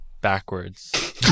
backwards